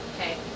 Okay